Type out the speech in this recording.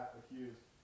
accused